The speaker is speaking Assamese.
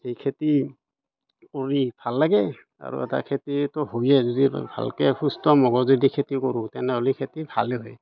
সেই খেতি কৰি ভাল লাগে আৰু এটা খেতিটো হৈয়ে যদি অলপ ভালকৈ সুস্থ মগজুৱেদি খেতি কৰোঁ তেনেহ'লে খেতি ভালে হয়